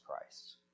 Christ